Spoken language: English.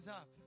up